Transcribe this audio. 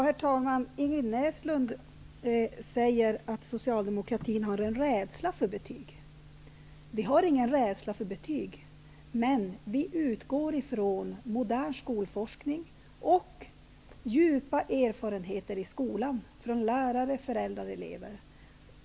Herr talman! Ingrid Näslund säger att socialdemokratin har en rädsla för betyg. Nej, vi har ingen rädsla för betyg, men vi utgår från modern skolforskning och erfarenheter i skolan -- från lärare, föräldrar och elever.